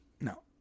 No